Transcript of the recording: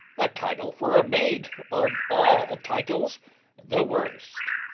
a title for a maid of all titles the worst.